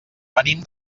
venim